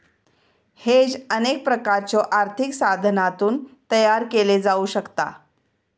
hedge अनेक प्रकारच्यो आर्थिक साधनांतून तयार केला जाऊ शकता